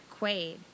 Quaid